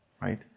right